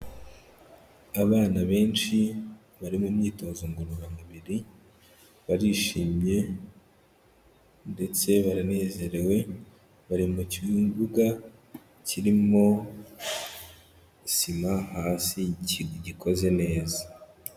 Abana benshi bari mu myitozo ngororamubiri, barishimye ndetse baranezerewe bari mu kibuga kirimo sima hasi gikoze neza.